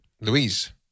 Louise